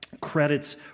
credits